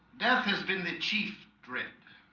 death has been the chief drip